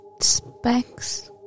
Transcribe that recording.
specs